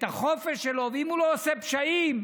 את החופש שלו, ושאם הוא לא עושה פשעים,